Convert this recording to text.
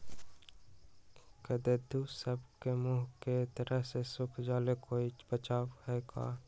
कददु सब के मुँह के तरह से सुख जाले कोई बचाव है का?